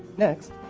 next,